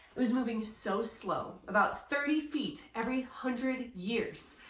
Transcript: it was moving so slow, about thirty feet, every hundred years.